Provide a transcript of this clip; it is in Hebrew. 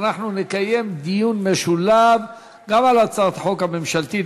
אנחנו נקיים דיון משולב גם על הצעת החוק הממשלתית